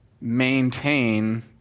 maintain